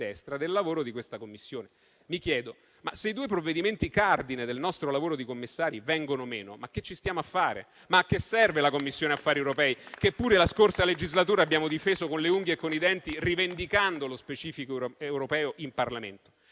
Mi chiedo: ma se i due provvedimenti cardine del nostro lavoro di commissari vengono meno, che ci stiamo a fare? A che serve la Commissione affari europei, che pure nella scorsa legislatura abbiamo difeso con le unghie e con i denti, rivendicando lo specifico europeo in Parlamento?